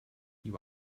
you